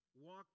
Walk